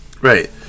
right